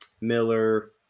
Miller